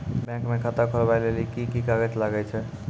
Bank म खाता खोलवाय लेली की की कागज लागै छै?